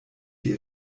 die